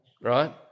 right